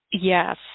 Yes